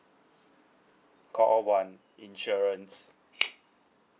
call one insurance